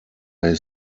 his